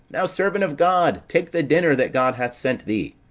thou servant of god, take the dinner that god hath sent thee.